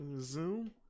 Zoom